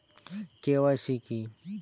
KYC কি?